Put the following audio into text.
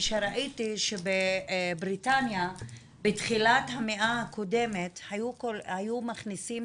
כשראיתי שבבריטניה בתחילת המאה הקודמת היו מכניסים